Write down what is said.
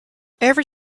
every